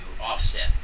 offset